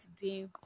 today